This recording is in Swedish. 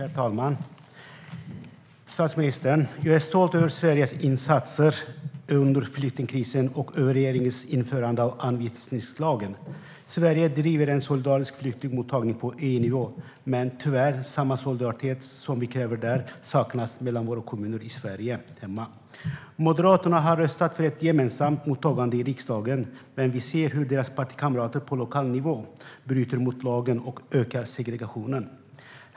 Herr talman! Statsministern! Jag är stolt över Sveriges insatser under flyktingkrisen och över regeringens införande av anvisningslagen. Sverige driver en solidarisk flyktingmottagning på EU-nivå, men tyvärr saknas den solidaritet vi kräver där mellan våra kommuner hemma i Sverige. Moderaterna har i riksdagen röstat för ett gemensamt mottagande, men vi ser hur deras partikamrater på lokal nivå bryter mot lagen och ökar segregationen.